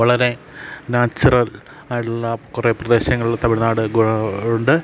വളരെ നാച്ചുറൽ ആയിട്ടുള്ള കുറെ പ്രദേശങ്ങളിൽ തമിഴ്നാട് ഉണ്ട്